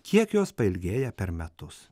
kiek jos pailgėja per metus